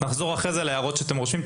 נחזור אחרי זה להערות שאתם רושמים.